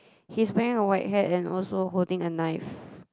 he's wearing a white hat and also holding a knife